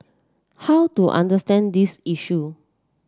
how to understand this issue